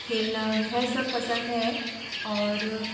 खेलना यह सब पसंद है और